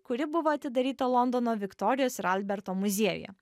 kuri buvo atidaryta londono viktorijos ir alberto muziejuje